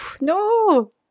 No